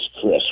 Chris